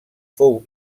fou